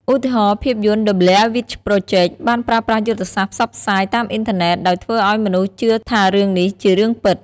ឧទាហរណ៍ ភាពយន្ត The Blair Witch Project បានប្រើប្រាស់យុទ្ធសាស្ត្រផ្សព្វផ្សាយតាមអ៊ីនធឺណិតដោយធ្វើឲ្យមនុស្សជឿថារឿងនេះជារឿងពិត។